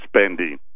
spending